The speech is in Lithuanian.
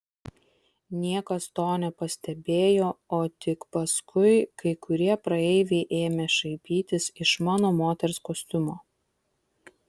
niekas to nepastebėjo o tik paskui kai kurie praeiviai ėmė šaipytis iš mano moters kostiumo